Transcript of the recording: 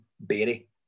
Berry